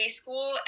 school